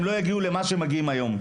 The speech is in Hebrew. הם לא יגיעו למה שהם מגיעים היום.